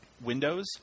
windows